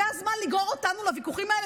זה הזמן לגרור אותנו לוויכוחים האלה?